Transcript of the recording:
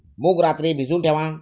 मूग रात्री भिजवून ठेवा